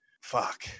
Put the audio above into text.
Fuck